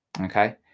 Okay